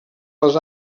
les